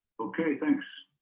okay thanks